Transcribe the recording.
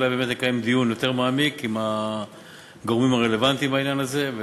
אולי באמת לקיים דיון יותר מעמיק עם הגורמים הרלוונטיים בעניין הזה,